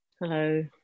Hello